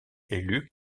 élus